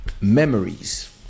memories